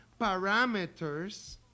parameters